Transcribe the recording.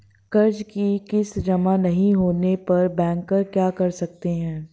कर्ज कि किश्त जमा नहीं होने पर बैंकर क्या कर सकते हैं?